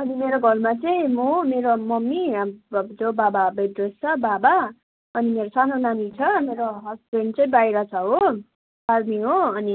अनि मेरो घरमा चाहिँ म मेरो मम्मी हाम जो बाबा बेड रेस्ट छ बाबा अनि मेरो सानो नानी छ मेरो हस्बेन्ड चाहिँ बाहिर छ हो आर्मी हो अनि